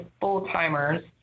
full-timers